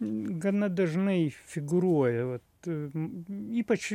gana dažnai figūruoja vat ypač